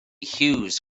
hughes